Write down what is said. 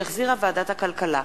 שהחזירה הוועדה המשותפת לוועדת החינוך,